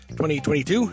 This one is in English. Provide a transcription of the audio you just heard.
2022